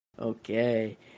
Okay